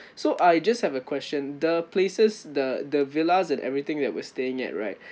so I just have a question the places the the villas and everything that we're staying at right